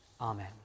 Amen